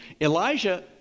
Elijah